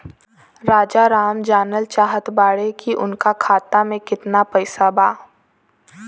राजाराम जानल चाहत बड़े की उनका खाता में कितना पैसा बा?